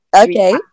Okay